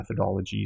methodologies